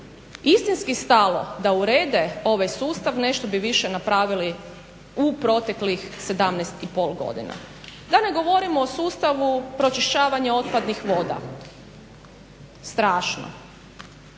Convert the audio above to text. istinski stalo da urede ovaj sustav nešto bi više napravili u proteklih 17 i pol godina. Da ne govorimo o sustavu pročišćavanja otpadnih voda, strašno!